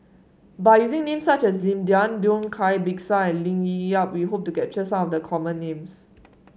by using names such as Lim Denan Denon Cai Bixia and Lee Ling Yen we hope to capture some of the common names